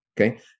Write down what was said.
okay